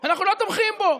אז אל תתמכו בו.